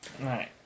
right